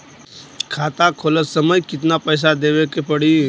खाता खोलत समय कितना पैसा देवे के पड़ी?